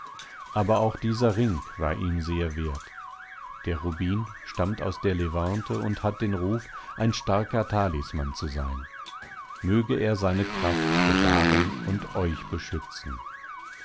aber auch dieser ring war ihm sehr wert der rubin stammt aus der levante und hat den ruf ein starker talisman zu sein möge er seine kraft bewahren und euch beschützen